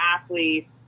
athletes